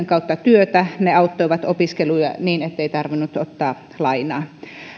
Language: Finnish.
kautta työtä ne auttoivat opiskeluja niin ettei tarvinnut ottaa lainaa